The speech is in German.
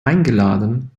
eingeladen